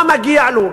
מה מגיע לו,